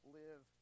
live